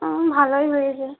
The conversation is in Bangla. হুম ভালোই হয়েছে